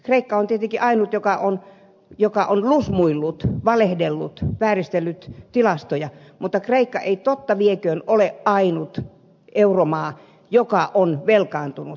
kreikka on tietenkin ainut joka on lusmuillut valehdellut vääristellyt tilastoja mutta kreikka ei totta vieköön ole ainut euromaa joka on velkaantunut